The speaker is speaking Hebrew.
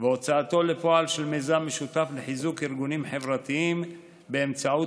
ועל הוצאתו לפועל של מיזם משותף לחיזוק ארגונים חברתיים באמצעות